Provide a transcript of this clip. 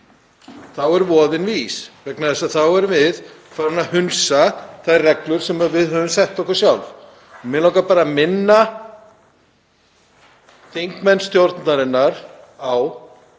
þá er voðinn vís vegna þess að þá erum við farin að hunsa þær reglur sem við höfum sett okkur sjálf. Mig langar bara að minna þingmenn stjórnarinnar á